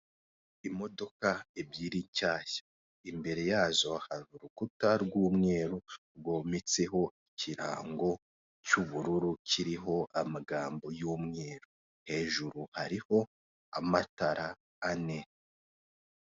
Imodoka ebyiri nshyashya imbere yazo hari urukuta rw'umweru rwometseho ikirango cy'ubururu kiriho amagambo y'umweru. Hejuru hariho amatara ane.